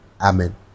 amen